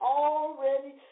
already